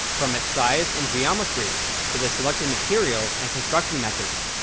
from its size and geometry to the selected materials and construction methods.